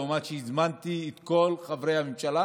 למרות שהזמנתי את כל חברי הממשלה